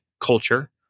culture